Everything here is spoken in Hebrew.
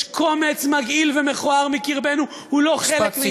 יש קומץ מגעיל ומכוער מקרבנו, הוא לא חלק מאתנו.